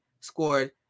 scored